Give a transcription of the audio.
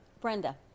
Brenda